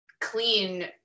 clean